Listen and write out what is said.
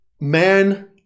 Man